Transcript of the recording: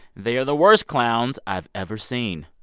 they are the worst clowns i've ever seen.